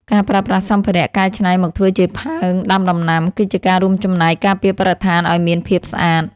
ការប្រើប្រាស់សម្ភារៈកែច្នៃមកធ្វើជាផើងដាំដំណាំគឺជាការរួមចំណែកការពារបរិស្ថានឱ្យមានភាពស្អាត។